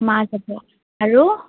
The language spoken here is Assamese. মা যাব আৰু